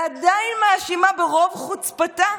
ועדיין מאשימה ברוב חוצפתה,